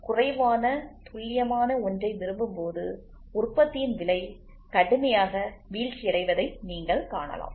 நீங்கள் குறைவான துல்லியமான ஒன்றை விரும்பும்போது உற்பத்தியின் விலை கடுமையாக வீழ்ச்சியடைவதை நீங்கள் காணலாம்